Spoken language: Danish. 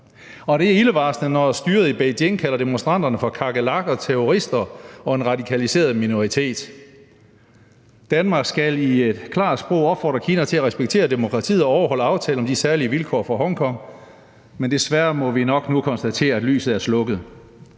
Og det er ildevarslende, når styret i Beijing kalder demonstranterne for kakerlakker, terrorister og en radikaliseret minoritet. Danmark skal i et klart sprog opfordre Kina til at respektere demokratiet og overholde aftalen om de særlige vilkår for Hongkong, men desværre må vi nok nu konstatere, at lyset er slukket.